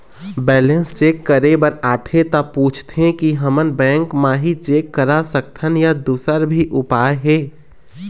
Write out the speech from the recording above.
Balance check करे बर आथे ता पूछथें की हमन बैंक मा ही चेक करा सकथन या दुसर भी उपाय हे?